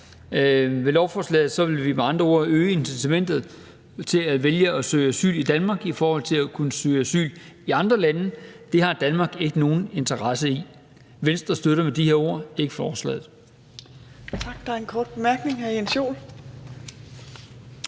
Med lovforslaget vil vi med andre ord øge incitamentet til at vælge at søge asyl i Danmark i forhold til at søge asyl i andre lande. Det har Danmark ikke nogen interesse i. Venstre støtter med de her ord ikke forslaget.